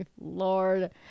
lord